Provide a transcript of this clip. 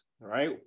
right